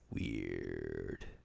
Weird